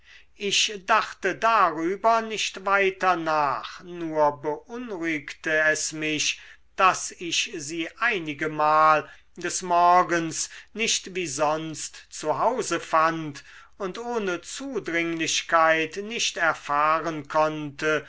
ich dachte darüber nicht weiter nach nur beunruhigte es mich daß ich sie einigemal des morgens nicht wie sonst zu hause fand und ohne zudringlichkeit nicht erfahren konnte